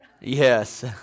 Yes